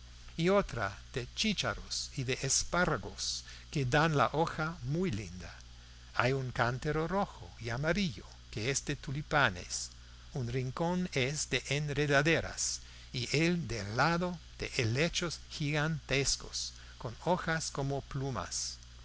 y otro de chícharos y de espárragos que dan la hoja muy linda hay un cantero rojo y amarillo que es de tulipanes un rincón es de enredaderas y el de al lado de helechos gigantescos con hojas como plumas en